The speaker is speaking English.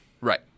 right